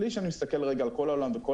בלי שאני מסתכל רגע על כל העולם וכל